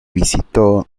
visitó